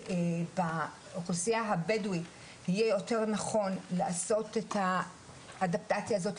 שבאוכלוסייה הבדואית יהיה יותר נכון לעשות את האדפטציה הזאת,